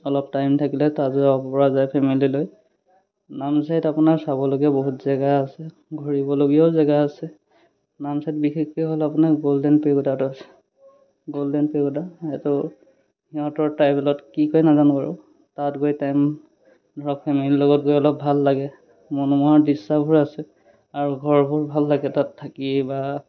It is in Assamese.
অলপ টাইম থাকিলে তাতো যাব পৰা যায় ফেমেলি লৈ নামচাইত আপোনাৰ চাবলগীয়া বহুত জেগা আছে ঘূৰিবলগীয়াও জেগা আছে নামচাইত বিশেষকৈ হ'ল আপোনাৰ গ'ল্ডেন পেৰিগডাটো আছে গ'ল্ডেন পেৰিগডা এইটো সিহঁতৰ ট্ৰাইবেলত কি কয় নাজানো বাৰু তাত গৈ টাইম ধৰক ফেমেলিৰ লগত গৈ অলপ ভাল লাগে মনোমোহা দৃশ্যবোৰ আছে আৰু ঘৰবোৰ ভাল লাগে তাত থাকি বা